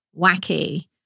wacky